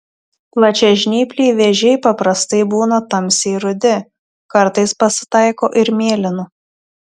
plačiažnypliai vėžiai paprastai būna tamsiai rudi kartais pasitaiko ir mėlynų